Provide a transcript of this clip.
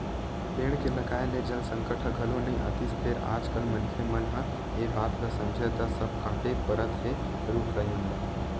पेड़ के लगाए ले जल संकट ह घलो नइ आतिस फेर आज कल मनखे मन ह ए बात ल समझय त सब कांटे परत हे रुख राई मन ल